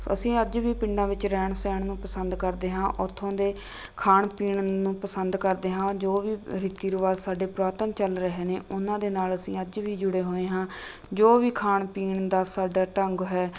ਅਸੀਂ ਅੱਜ ਵੀ ਪਿੰਡਾਂ ਵਿੱਚ ਰਹਿਣ ਸਹਿਣ ਨੂੰ ਪਸੰਦ ਕਰਦੇ ਹਾਂ ਉੱਥੋਂ ਦੇ ਖਾਣ ਪੀਣ ਨੂੰ ਪਸੰਦ ਕਰਦੇ ਹਾਂ ਜੋ ਵੀ ਰੀਤੀ ਰਿਵਾਜ ਸਾਡੇ ਪੁਰਾਤਨ ਚੱਲ ਰਹੇ ਨੇ ਉਹਨਾਂ ਦੇ ਨਾਲ ਅਸੀਂ ਅੱਜ ਵੀ ਜੁੜੇ ਹੋਏ ਹਾਂ ਜੋ ਵੀ ਖਾਣ ਪੀਣ ਦਾ ਸਾਡਾ ਢੰਗ ਹੈ